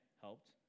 helped